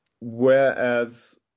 whereas